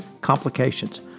complications